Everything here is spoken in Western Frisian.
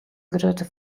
grutte